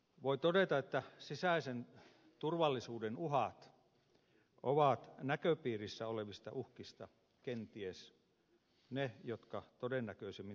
voi todeta että sisäisen turvallisuuden uhat ovat näköpiirissä olevista uhkista kenties ne jotka todennäköisimmin toteutuvat